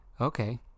okay